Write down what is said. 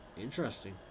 Interesting